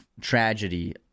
tragedy